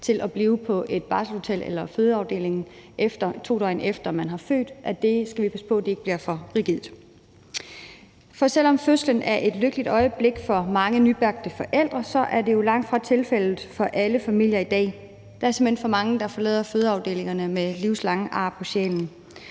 til at blive på et barselshotel eller en fødeafdeling, 2 døgn efter man har født, ikke bliver for rigidt. For selv om fødslen er et lykkeligt øjeblik for mange nybagte forældre, er det jo langtfra tilfældet for alle familier i dag. Der er simpelt hen for mange, der forlader fødeafdelingerne med ar på sjælen,